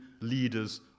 leaders